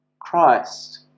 Christ